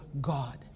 God